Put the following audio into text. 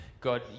God